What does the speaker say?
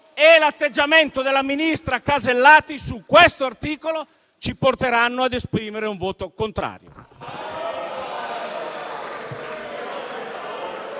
e l'atteggiamento della ministra Alberti Casellati su questo articolo ci porteranno ad esprimere un voto contrario.